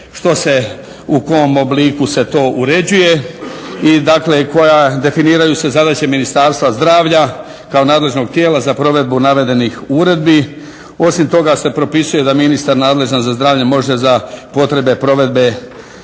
što se, u kom obliku se to uređuje i koja, definiraju se zadaće Ministarstva zdravlja kao nadležnog tijela za provedbu navedenih uredbi. Osim toga se propisuje da ministar nadležan za zdravlje može za potrebe provedbe